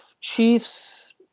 Chiefs